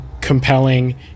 compelling